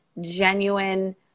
genuine –